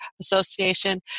Association